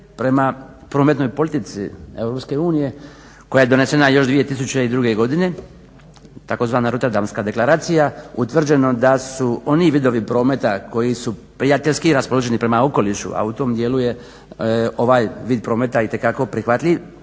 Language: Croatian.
prema prometnoj politici EU, koja je donesena još 2002. godine, tzv. Roterdamska deklaracija, utvrđeno da su oni vidovi prometa koji su prijateljski raspoloženi prema okolišu a u tom dijelu je ovaj vid prometa itekako prihvatljiv,